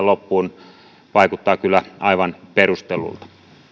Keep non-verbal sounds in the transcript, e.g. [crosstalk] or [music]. [unintelligible] loppuun vaikuttaa kyllä aivan perustellulta